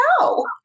no